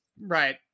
Right